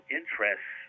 interests